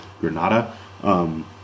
Granada